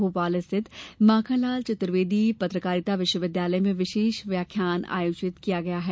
भोपाल स्थित माखनलाल चतुर्वेदी पत्रकारिता विश्वविद्यालय में विशेष व्याख्यान आयोजित किया गया है